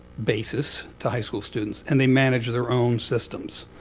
basis, to high school students. and they manage their own systems,